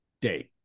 day